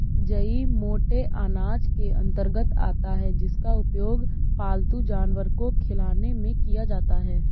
जई मोटे अनाज के अंतर्गत आता है जिसका उपयोग पालतू जानवर को खिलाने में किया जाता है